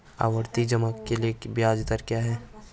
आवर्ती जमा के लिए ब्याज दर क्या है?